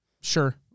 Sure